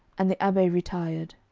and the abbe retired.